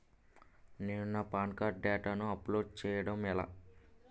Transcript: నేను నా PAN card డేటాను అప్లోడ్ చేయడం ఎలా?